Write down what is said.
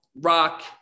rock